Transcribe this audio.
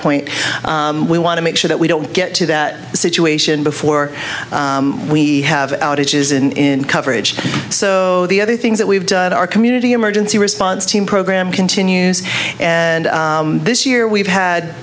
point we want to make sure that we don't get to that situation before we have outages in coverage so the other things that we've had our community emergency response team program continues and this year we've had